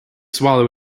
swallow